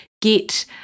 get